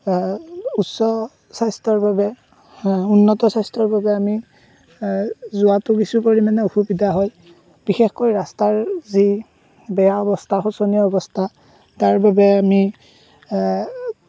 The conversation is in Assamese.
উচ্ছ স্বাস্থ্যৰ বাবে উন্নত স্বাস্থ্যৰ বাবে আমি যোৱাতো কিছু পৰিমাণে অসুবিধা হয় বিশেষকৈ ৰাস্তাৰ যি বেয়া অৱস্থা সূচনীয় অৱস্থা তাৰবাবে আমি